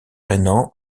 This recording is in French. rhénan